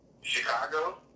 Chicago